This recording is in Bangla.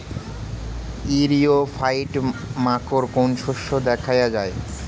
ইরিও ফাইট মাকোর কোন শস্য দেখাইয়া যায়?